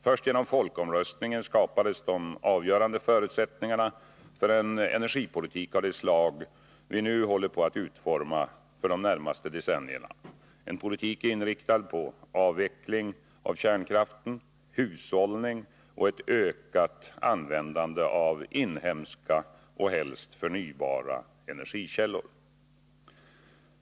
Först genom folkomröstningen skapades de avgörande förutsättningarna för en energipolitik av det slag vi nu håller på att utforma för de närmaste decennierna. Det är en politik inriktad på avveckling av kärnkraften, hushållning och ett ökat användande av inhemska och helt förnybara energikällor.